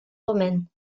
romaine